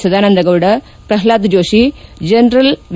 Sadananda Gowda Prahlad Jyoti general V